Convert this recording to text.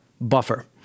Buffer